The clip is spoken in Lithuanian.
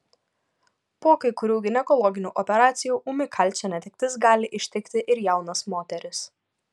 po kai kurių ginekologinių operacijų ūmi kalcio netektis gali ištikti ir jaunas moteris